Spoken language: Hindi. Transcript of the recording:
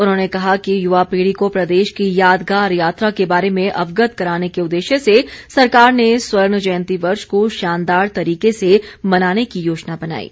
उन्होंने कहा कि युवा पीढ़ी को प्रदेश की यादगार यात्रा के बारे में अवगत कराने के उद्देश्य से सरकार ने स्वर्ण जयंति वर्ष को शानदार तरीके से मनाने की योजना बनाई है